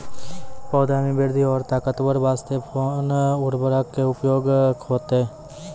पौधा मे बृद्धि और ताकतवर बास्ते कोन उर्वरक के उपयोग होतै?